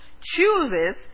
chooses